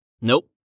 Nope